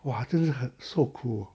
哇真的是很受苦